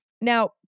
Now